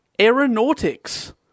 Aeronautics